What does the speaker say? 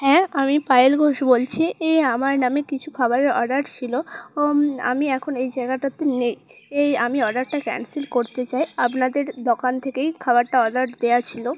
হ্যাঁ আমি পায়েল ঘোষ বলছি আমার নামে কিছু খাবারের অর্ডার ছিল আমি এখন এই জায়গাটাতে নেই আমি অর্ডারটা ক্যান্সেল করতে চাই আপনাদের দোকান থেকেই খাবারটা অর্ডার দেওয়া ছিল